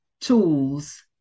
tools